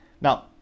now